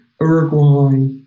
Uruguay